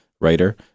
writer